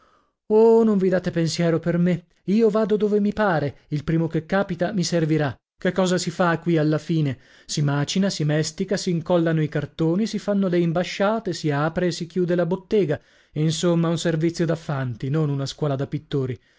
oh non vi date pensiero per me io vado dove mi pare il primo che capita mi servirà che cosa si fa qui alla fine si macina si mestica s'incollano i cartoni si fanno le imbasciate si apre e si chiude la bottega insomma un servizio da fanti non una scuola da pittori